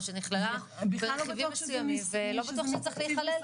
או שנכללה ברכיבים מסוימים ולא בטוח שצריך להיכלל.